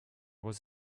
was